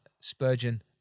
Spurgeon